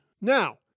Now